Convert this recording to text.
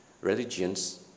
religions